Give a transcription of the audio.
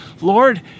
Lord